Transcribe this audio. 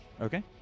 Okay